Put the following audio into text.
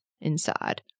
inside